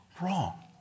wrong